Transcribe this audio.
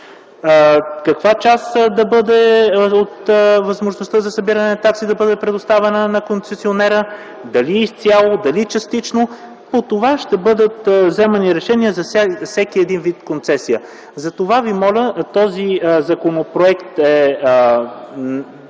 Каква част от възможността за събиране на такси да бъде предоставена на концесионера – дали изцяло, дали частично, по това ще бъдат вземани решения за всеки един вид концесия. Този законопроект